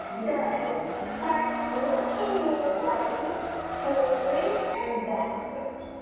then start rocking your body forward and backward,